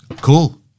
Cool